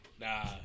Nah